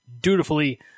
dutifully